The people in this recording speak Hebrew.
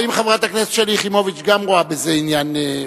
האם חברת הכנסת שלי יחימוביץ גם רואה בזה עניין?